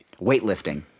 Weightlifting